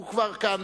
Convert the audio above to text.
הוא כבר כאן,